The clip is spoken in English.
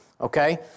okay